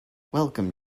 welcome